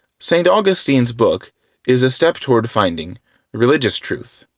st. augustine's book is a step toward finding religious truth.